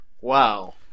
Wow